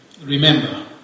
Remember